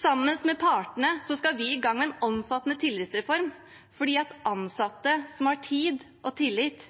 Sammen med partene skal vi i gang med en omfattende tillitsreform, for ansatte som har tid og tillit,